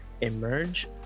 emerge